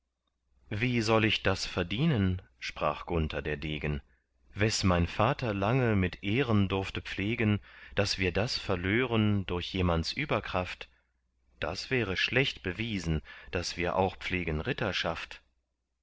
wie sollt ich das verdienen sprach gunther der degen wes mein vater lange mit ehren durfte pflegen daß wir das verlören durch jemands überkraft das wäre schlecht bewiesen daß wir auch pflegen